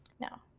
now,